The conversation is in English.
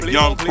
Young